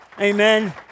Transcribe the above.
Amen